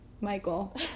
Michael